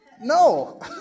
No